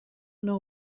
know